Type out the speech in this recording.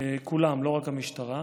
כולם, לא רק המשטרה.